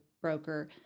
broker